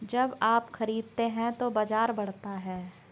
जब आप खरीदते हैं तो बाजार बढ़ता है